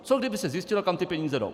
Co kdyby se zjistilo, kam ty peníze jdou?